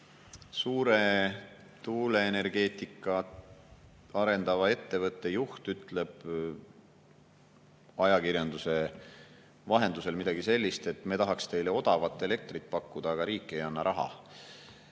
kui tuuleenergeetikat arendava suure ettevõtte juht ütleb ajakirjanduse vahendusel midagi sellist, et me tahaks teile odavat elektrit pakkuda, aga riik ei anna raha.